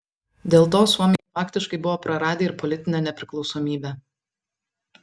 dėl to suomiai faktiškai buvo praradę ir politinę nepriklausomybę